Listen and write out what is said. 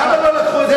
למה לא לקחו את זה